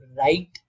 right